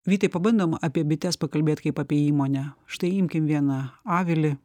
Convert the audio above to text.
vytai pabandom apie bites pakalbėt kaip apie įmonę štai imkim vieną avilį